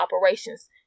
operations